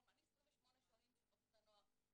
אני 28 שנים בחסות הנוער,